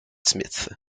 smith